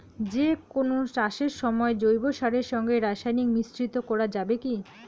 যে কোন চাষের সময় জৈব সারের সঙ্গে রাসায়নিক মিশ্রিত করা যাবে কি?